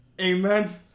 amen